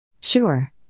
Sure